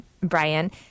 Brian